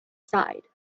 side